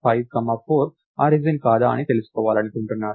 5 comma 4 origin కాదా అని తెలుసుకోవాలనుకుంటున్నారు